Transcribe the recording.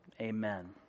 amen